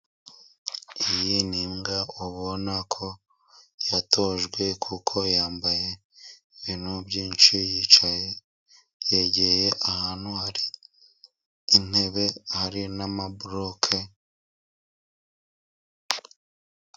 Iyo ni imbwa ubona ko yatojwe, kuko yambaye ibintu byinshi, yicaye yegeye ahantu hari intebe, hari n'amaboroke...